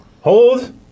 Hold